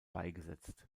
beigesetzt